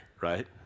right